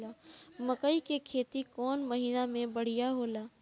मकई के खेती कौन महीना में बढ़िया होला?